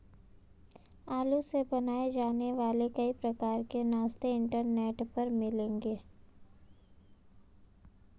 आलू से बनाए जाने वाले कई प्रकार के नाश्ते इंटरनेट पर मिलेंगे